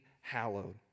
hallowed